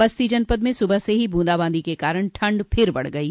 बस्ती जनपद में सुबह से ही बूंदा बांदी के कारण ठंड फिर बढ़ गयी